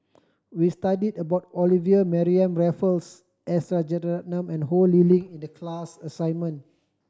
we studied about Olivia Mariamne Raffles S Rajaratnam and Ho Lee Ling in the class assignment